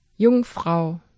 Jungfrau